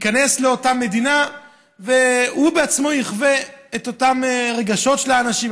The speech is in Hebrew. ייכנס לאותה מדינה והוא בעצמו יחווה את אותם רגשות של האנשים,